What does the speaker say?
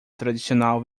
tradicional